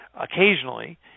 occasionally